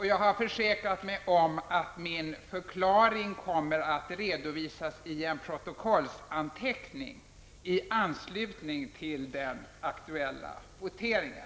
Jag har försäkrat mig om att min förklaring kommer att redovisas i en protokollsanteckning i anslutning till den aktuella voteringen.